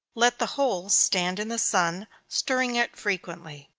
let the whole stand in the sun, stirring it frequently.